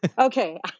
Okay